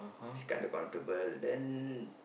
it's kinda comfortable then